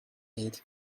eighty